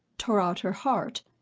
tore out her heart,